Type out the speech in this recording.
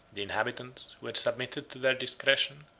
the inhabitants, who had submitted to their discretion,